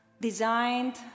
designed